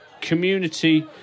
community